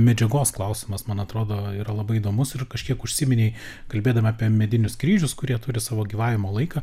medžiagos klausimas man atrodo yra labai įdomus ir kažkiek užsiminei kalbėdama apie medinius kryžius kurie turi savo gyvavimo laiką